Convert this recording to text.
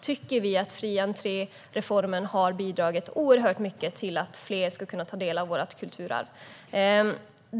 tycker vi att fri-entré-reformen har bidragit oerhört mycket till att fler ska kunna ta del av vårt kulturarv.